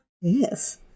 Yes